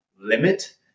limit